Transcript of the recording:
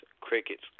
crickets